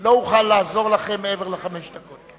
לא אוכל לעזור לכם מעבר לחמש דקות.